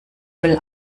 müll